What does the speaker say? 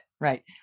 Right